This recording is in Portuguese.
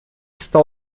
está